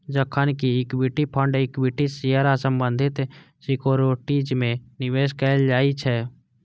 जखन कि equity fund equity share आ संबंधित सिक्योरिटीज मे निवेश कैल जाइ छै